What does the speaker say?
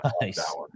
Nice